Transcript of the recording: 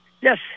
Yes